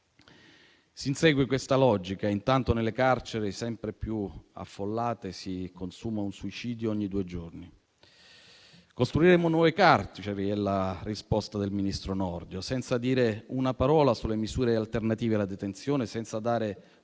Si insegue questa logica e intanto nelle carceri: sempre più affollate, si consuma un suicidio ogni due giorni. Costruiremo nuove carceri, è la risposta del ministro Nordio, senza dire una parola sulle misure alternative alla detenzione, senza dare